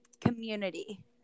community